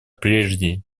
прежде